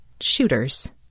shooters